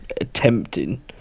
attempting